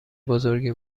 بزرگی